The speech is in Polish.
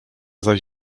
zaś